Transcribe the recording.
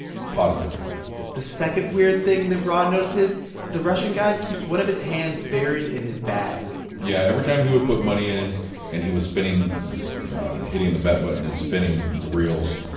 positive the second weird thing that ron notices the russian guy keeps one of his hands buried in his bag yeah, every time he would put money in and and he was spinning hitting the bet button and spinning the reels,